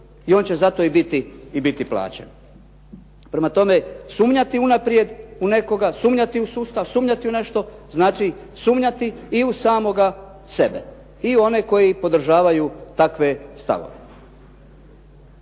i on će za to i biti plaćen. Prema tome, sumnjati unaprijed u nekoga, sumnjati u sustav, sumnjati u nešto znači sumnjati u samoga sebi i u onoga koji podržavaju takve stavove.